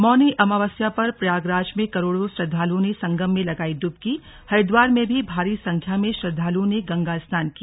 मौनी अमावस्या पर प्रयागराज में करोड़ों श्रद्वालुओं ने संगम में लगाई डुबकीहरिद्वार में भी भारी संख्या में श्रद्धालुओं ने गंगा स्नान किया